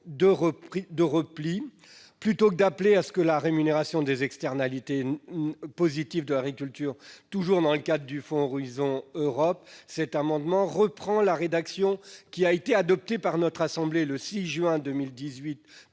de repli. Plutôt que d'appeler à ce que la rémunération des externalités positives de l'agriculture se fasse dans le cadre du fonds Horizon Europe, nous proposons de reprendre la rédaction adoptée par notre assemblée le 6 juin 2018